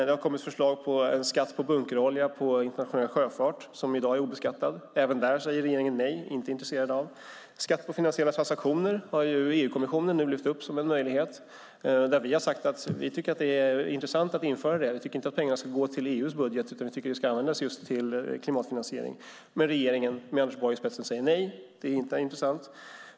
Det har kommit förslag om en skatt på bunkerolja för internationell sjöfart, som i dag är obeskattad. Även där säger regeringen nej. Det är man inte intresserad av. Skatt på finansiella transaktioner har EU-kommissionen nu lyft upp som en möjlighet. Vi har sagt att vi tycker att det är intressant att införa det. Vi tycker inte att pengarna ska gå till EU:s budget, utan vi tycker att de ska användas just till klimatfinansiering. Men regeringen, med Anders Borg i spetsen, säger nej. Det är inte intressant.